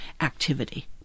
activity